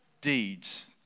deeds